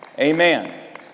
Amen